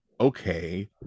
okay